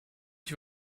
ich